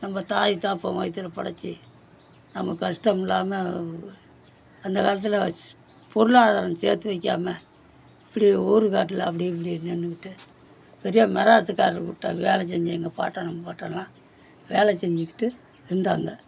நம்ம தாய் தகப்பன் வயிற்றுல படைச்சி நம்ம கஷ்டம் இல்லாமல் அந்த காலத்தில் அஸ் பொருளாதாரம் சேர்த்து வைக்காமல் இப்படி ஊர் காட்டில் அப்படி இப்படி நின்றுக்கிட்டு பெரிய மிராஸ்காரரு கிட்ட வேலை செஞ்ச எங்கள் பாட்டன் முப்பாட்டனெல்லாம் வேலை செஞ்சுக்கிட்டு இருந்தாங்க